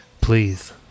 Please